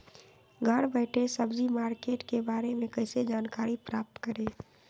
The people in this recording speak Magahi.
घर बैठे सब्जी मार्केट के बारे में कैसे जानकारी प्राप्त करें?